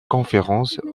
conférences